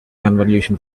convolution